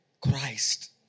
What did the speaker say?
Christ